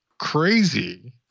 crazy